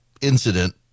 incident